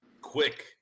quick